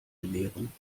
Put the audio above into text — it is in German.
belehren